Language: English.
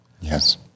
Yes